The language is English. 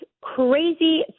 crazy